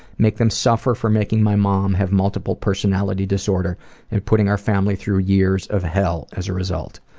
make them suffer for making my mom have multiple personality disorder and putting our family through years of hell as a result.